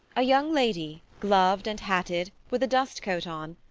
a young lady, gloved and hatted, with a dust coat on,